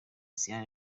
sierra